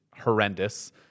horrendous